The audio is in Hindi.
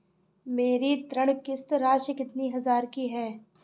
मेरी ऋण किश्त राशि कितनी हजार की है?